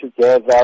together